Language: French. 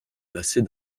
lasser